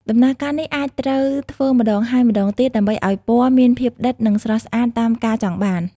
ដំណើរការនេះអាចត្រូវធ្វើម្តងហើយម្តងទៀតដើម្បីឱ្យពណ៌មានភាពដិតនិងស្រស់ស្អាតតាមការចង់បាន។